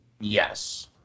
Yes